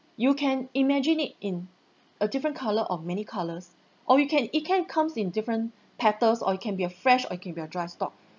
you can imagine it in a different colour or many colours or you can it can come in different petals or it can be a fresh or it can be a dry stalk